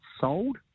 sold